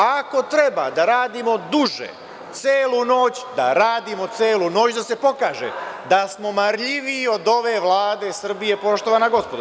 Ako treba da radimo duže, celu noć, da radimo celu noć i da se pokaže da smo marljiviji od ove Vlade Srbije, poštovana gospodo.